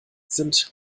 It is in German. sind